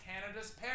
Canada's